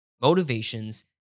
motivations